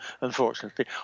unfortunately